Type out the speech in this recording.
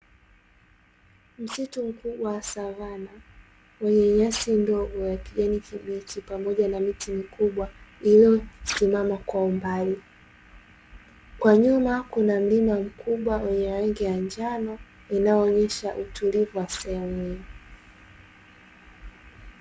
Msitu mkubwa wa savana wenye nyasi ndogo ya kijani kibichi pamoja na miti mikubwa iliyosimama kwa umbali, kwa nyuma kuna mlima mkubwa wenye rangi ya njano inayoonyesha utulivu wa sehemu hii.